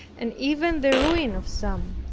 and even the ruin of some.